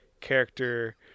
character